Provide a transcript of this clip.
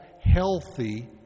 healthy